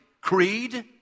creed